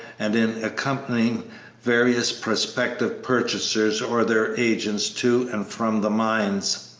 and in accompanying various prospective purchasers or their agents to and from the mines.